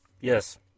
Yes